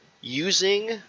using